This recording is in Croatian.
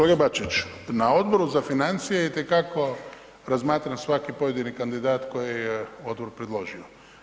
Kolega Bačić, na Odboru za financije itekako razmatram svaki pojedini kandidat koji je odbor predložio.